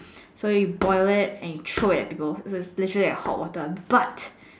so you like boil it and you throw it because literally like hot water but